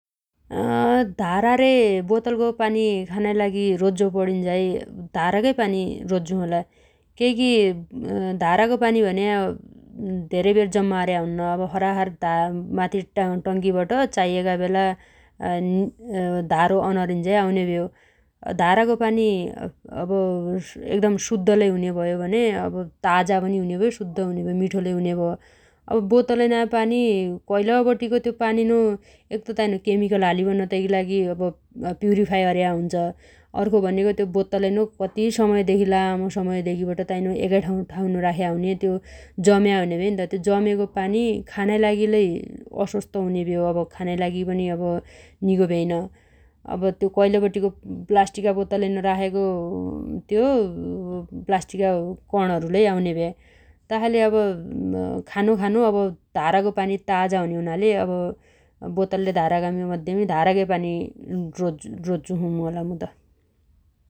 धारा रे बोतलगो पानी खानाइ लागि रोज्जो पणिन्झाइ धारागै पानी रोज्जो छु होला । केइगी धारागो पानी भन्या धेरै बेर जम्मा अर्या हुन्न अब सरासर धारामाथी टंकीबट चाइएगा बेला धारो अन अरिन्झाइ आउनेभ्यो । धारागो पानी अब एकदम शुद्दलै हुने भ्यो भने ताजा पनि हुनेभयो शुद्द पनि हुनेभ्यो मिठो लै हुने भ। अब बोतलैना पानी कैल बटिगो त्यो पानीनो एक त ताइनो केमिकल हालिबन तैगी लागि अब प्युरीफाइ अर्या हुनोछ । अर्खो भनेगो तै बोत्तलैनो कति समयदेखी लामो समयदेखिबाट ताइनो एगाइठाउनो राख्या हुन्या । त्यो जम्या हुन्या भयैन्त । त्यो जमेगो पानी खानाइ लागि लै अस्वस्थ हुनेभ्यो अब खानाइ लागि पनि अब निगो भ्यैन । अब त्यो कैल बटिगो प्लाष्टिगा बोत्तलैनो राखेगो त्यो प्लाष्टिगा कणहरु लै आउन्या भ्या । तासाइले अब खानुखानु अब धारागो पानी ताजा हुने हुनाले अब बोतल रे धारागा मध्येमी धारागै पानी रोज्जो छु होला मु त ।